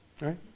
right